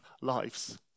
lives